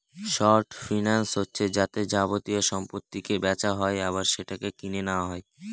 short finance হচ্ছে যাতে যাবতীয় সম্পত্তিকে বেচা হয় আবার সেটাকে কিনে নেওয়া হয়